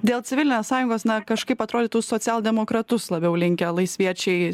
dėl civilinės sąjungos na kažkaip atrodytų socialdemokratus labiau linkę laisviečiai